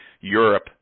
Europe